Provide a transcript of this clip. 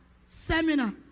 seminar